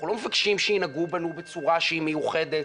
אנחנו לא מבקשים שינהגו בנו בצורה שהיא מיוחדת.